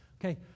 Okay